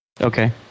Okay